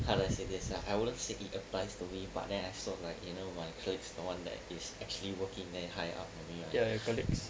how do I say this ah I wouldn't say it applies to me but then I've told like you know my colleagues that [one] that is actually working very high up